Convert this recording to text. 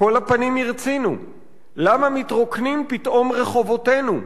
(כל הפנים הרצינו)/ למה מתרוקנים פתאום רחובותינו,